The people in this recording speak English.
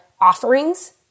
offerings